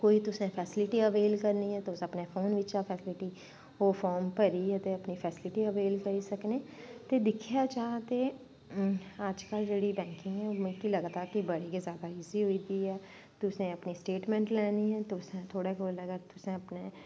कोई तुसें facility avail करनी ऐ तुस अपने फोन बिच्चां फैसिलिटी ओह् फार्म भरियै ते अपनी फैसिलिटी अवेल करी सकने ते दिक्खेआ जा ते अजकल्ल जेह्ड़ी बैंकिंग होई दी ऐ ओह् मिगी लगदा कि बड़ी गै जैदा इजी होई दी ऐ तुसें अपनी स्टेटमैंट लैनी ऐ तुसें थोह्ड़ा खोलेदा तुसें अपने